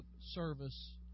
service